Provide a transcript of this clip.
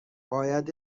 باید